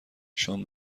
شام